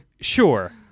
sure